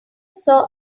saw